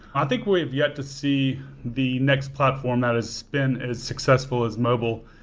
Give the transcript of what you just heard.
i think we've yet to see the next platform that has been as successful as mobile,